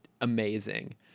amazing